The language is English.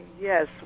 Yes